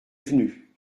venu